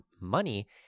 money